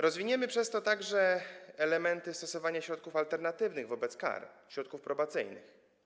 Rozwiniemy przez to także elementy stosowania środków alternatywnych wobec kar, środków probacyjnych.